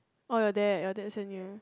oh your dad your dad send you